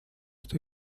что